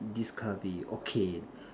discovery okay